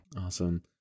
Awesome